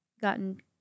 gotten